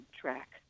track